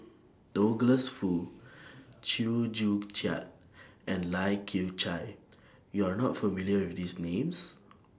Douglas Foo Chew Joo Chiat and Lai Kew Chai YOU Are not familiar with These Names